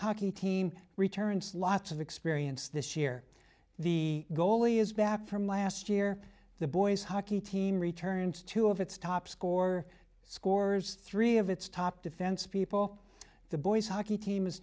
hockey team returns lots of experience this year the goalie is back from last year the boys hockey team returned two of its top score scores three of its top defense people the boys hockey team is